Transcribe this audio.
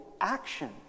action